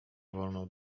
wolną